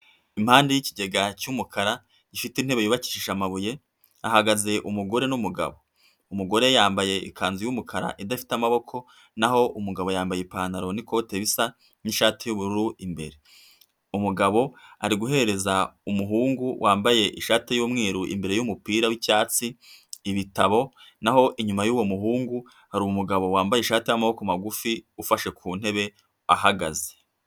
Impande y'ikigega cy'umukara gifite intebe yubakisha amabuye, hahagaze umugore n'umugabo, umugore yambaye ikanzu y'umukara idafite amaboko naho umugabo yambaye ipantaro n'ikote risa n'ishati y'ubururu imbere, umugabo ari guhereza umuhungu wambaye ishati y'umweru imbere y'umupira w'icyatsi ibitabo naho inyuma y'uwo muhungu hari umugabo wambaye ishati y'amaboko magufi ufashe ku ntebe ahagaze.